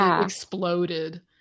exploded